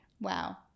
Wow